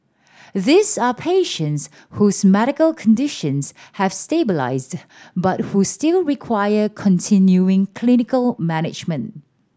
these are patients whose medical conditions have stabilised but who still require continuing clinical management